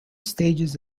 stages